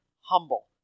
humble